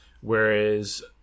whereas